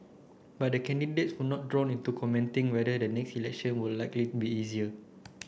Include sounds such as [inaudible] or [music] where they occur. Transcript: but the [unintelligible] would not drawn into commenting whether the next election would likely be easier